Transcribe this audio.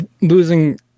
losing